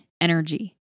energy